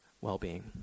well-being